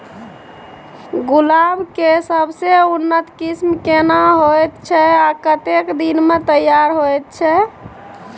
गुलाब के सबसे उन्नत किस्म केना होयत छै आ कतेक दिन में तैयार होयत छै?